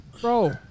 Bro